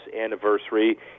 anniversary